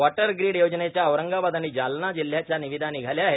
water grid योजनेच्या औरंगाबाद आणि जालना जिल्ह्याच्या निविदा निघाल्या आहेत